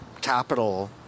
capital